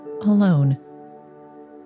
alone